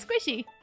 squishy